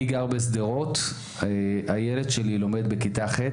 אני גר בשדרות, הילד שלי לומד בכיתה ח'.